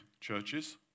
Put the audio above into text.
churches